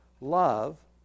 love